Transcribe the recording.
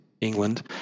England